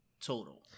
Total